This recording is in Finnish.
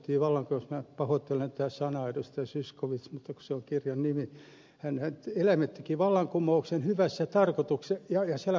zyskowicz mutta se on kirjan nimi eläimet tekivät vallankumouksen hyvässä tarkoituksessa ja siellä pahat tulivat valtaan